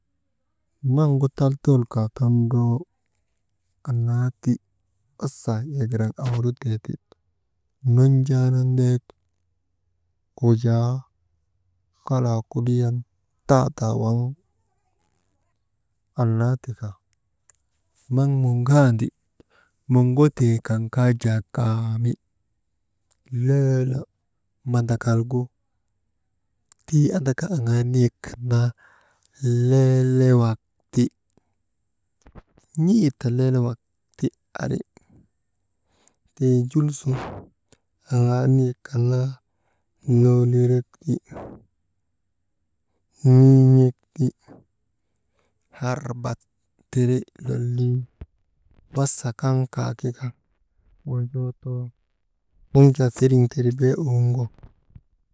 Maŋgu tal tal kaa tondroŋo, annaa ti wasa am yagiran awuritee ti, nunjaanan ndek wujaa, ŋalaa kuliyan taadaa waŋ annaa tika maŋ muŋgaandi, muŋgetee kan kaa jaa kaami, loolo mandakalgu tii andaka aŋaa, niyek kan naa leelewak ti, n̰ee ta leelewak ti ari, tii jul sun aŋaa niyek kan naa noolirek ti, n̰oolek ti harbat tiri lolii, wasa kaŋ kaakika wonjoo too, waŋ jaa feriŋ teri bee owuŋgo.